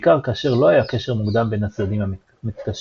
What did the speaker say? בעיקר כאשר לא היה קשר מוקדם בין הצדדים המתקשרים.